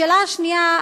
השאלה השנייה,